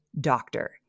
doctor